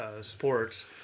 sports